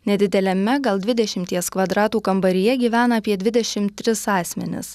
nedideliame gal dvidešimties kvadratų kambaryje gyvena apie dvidešim tris asmenis